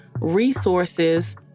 Resources